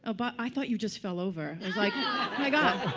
ah but i thought you just fell over. i was like, oh my god.